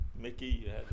Mickey